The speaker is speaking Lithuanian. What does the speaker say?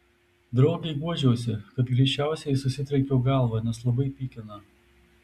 draugei guodžiausi kad greičiausiai susitrenkiau galvą nes labai pykina